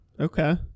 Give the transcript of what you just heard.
Okay